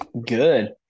Good